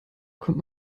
kommt